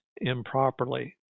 improperly